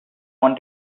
want